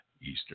Eastern